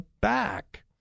back